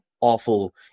awful